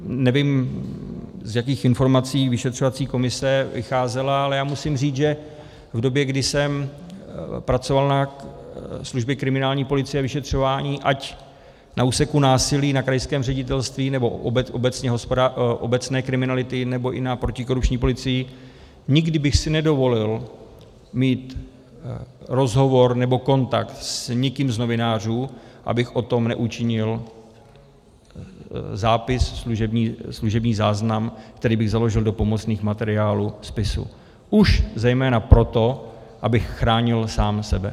Nevím, z jakých informací vyšetřovací komise vycházela, ale musím říct, že v době, kdy jsem pracoval na službě kriminální policie a vyšetřování, ať na úseku násilí na krajském ředitelství, nebo obecné kriminality, nebo i na protikorupční policii, nikdy bych si nedovolil mít rozhovor nebo kontakt s někým z novinářů, abych o tom neučinil zápis, služební záznam, který bych založil do pomocných materiálů spisu, už zejména proto, abych chránil sám sebe.